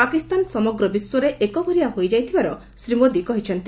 ପାକିସ୍ତାନ ସମଗ୍ର ବିଶ୍ୱରେ ଏକଘରିଆ ହୋଇଯାଇଥିବାର ଶ୍ରୀ ମୋଦି କହିଛନ୍ତି